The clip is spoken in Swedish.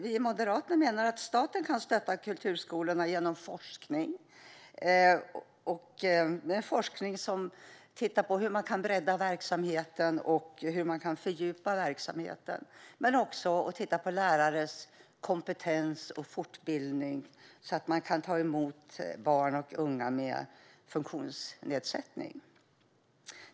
Vi moderater menar att staten kan stötta kulturskolorna genom forskning som tittar på hur man kan bredda och fördjupa verksamheten men också tittar på lärares kompetens så att man kan ta emot barn och unga med funktionsnedsättning.